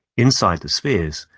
inside the spheres,